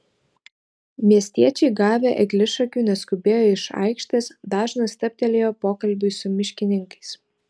miestiečiai gavę eglišakių neskubėjo iš aikštės dažnas stabtelėjo pokalbiui su miškininkais